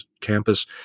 campus